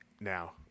now